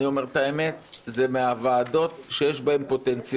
אני אומר את האמת: זו מהוועדות שיש להן פוטנציאל